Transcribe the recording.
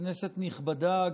כנסת נכבדה,